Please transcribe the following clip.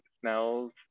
smells